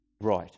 right